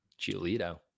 giolito